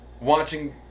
watching